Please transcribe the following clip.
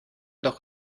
doch